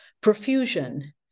profusion